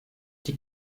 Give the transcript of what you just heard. die